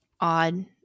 odd